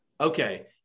Okay